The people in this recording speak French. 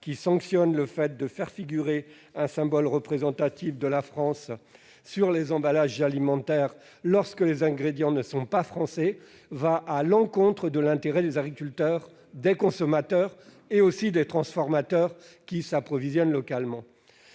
qui sanctionne le fait de faire figurer un symbole représentatif de la France sur les emballages alimentaires lorsque les ingrédients « primaires » ne sont pas français va à l'encontre de l'intérêt des agriculteurs, des consommateurs et des transformateurs qui s'approvisionnent localement.